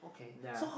ya